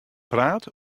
praat